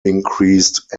increased